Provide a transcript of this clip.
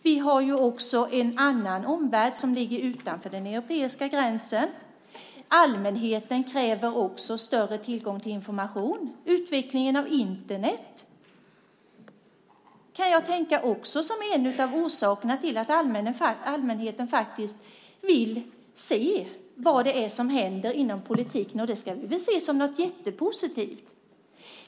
Det finns även en annan omvärld, som ligger utanför den europeiska gränsen. Allmänheten kräver större tillgång till information. Jag kan tänka mig att också utvecklingen av Internet är en av orsakerna till att allmänheten vill se vad det är som händer inom politiken. Det ska vi väl se som något jättepositivt!